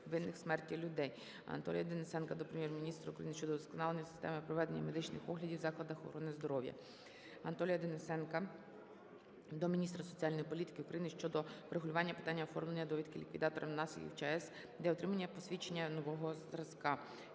винних у смерті людей. Анатолія Денисенка до Прем'єр-міністра України щодо вдосконалення системи проведення медичних оглядів у закладах охорони здоров'я. Анатолія Денисенка до міністра соціальної політики України щодо врегулювання питання оформлення довідки ліквідаторам наслідків на ЧАЕС для отримання посвідчення нового зразку.